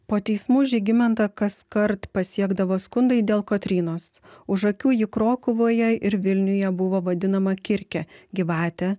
po teismų žygimantą kaskart pasiekdavo skundai dėl kotrynos už akių ji krokuvoje ir vilniuje buvo vadinama kirke gyvate